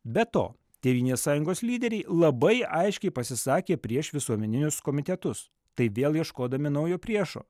be to tėvynės sąjungos lyderiai labai aiškiai pasisakė prieš visuomeninius komitetus tai vėl ieškodami naujo priešo